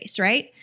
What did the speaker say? right